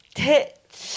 tits